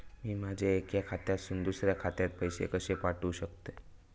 मी माझ्या एक्या खात्यासून दुसऱ्या खात्यात पैसे कशे पाठउक शकतय?